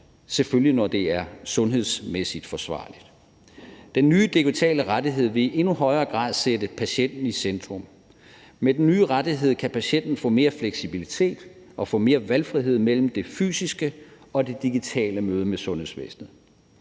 selvfølgelig er sundhedsmæssigt forsvarligt. Den nye digitale rettighed vil i endnu højere grad sætte patienten i centrum. Med den nye rettighed kan patienten få mere fleksibilitet og få mere valgfrihed mellem det fysiske og det digitale møde med sundhedsvæsenet.